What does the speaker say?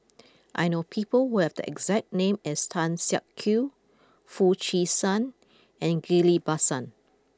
I know people who have the exact name as Tan Siak Kew Foo Chee San and Ghillie Basan